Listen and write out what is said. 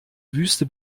wüste